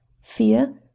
Fear